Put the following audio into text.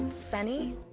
sonny?